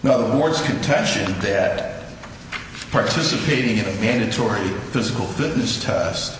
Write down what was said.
now the board's contention that participating in a mandatory physical fitness test